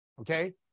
Okay